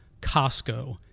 Costco